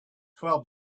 twelve